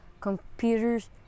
computers